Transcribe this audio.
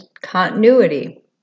continuity